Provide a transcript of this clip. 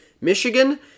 Michigan